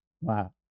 Wow